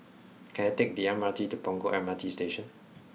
can I take the M R T to Punggol M R T Station